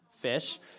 fish